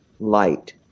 light